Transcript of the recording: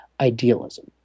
idealism